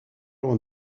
loin